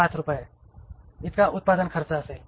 5 रुपये इतका उत्पादन खर्च असेल